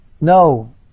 no